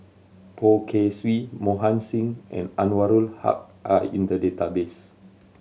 Poh Kay Swee Mohan Singh and Anwarul Haque are in the database